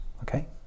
okay